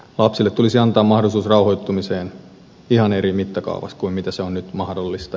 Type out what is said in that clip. lapsille tulisi antaa mahdollisuus rauhoittumiseen ihan eri mittakaavassa kuin se on nyt mahdollista